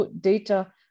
data